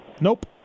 Nope